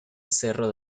cerro